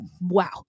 Wow